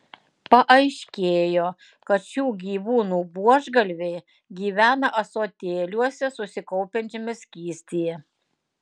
paaiškėjo kad šių gyvūnų buožgalviai gyvena ąsotėliuose susikaupiančiame skystyje